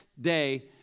day